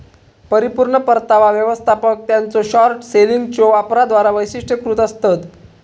परिपूर्ण परतावा व्यवस्थापक त्यांच्यो शॉर्ट सेलिंगच्यो वापराद्वारा वैशिष्ट्यीकृत आसतत